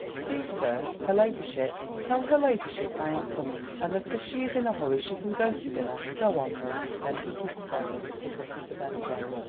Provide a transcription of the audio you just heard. please, sir, her ladyship tell her ladyship i am coming, and that if she is in a hurry she can go to dinner! go on, love. then he kissed her and put her to bed again.